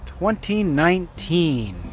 2019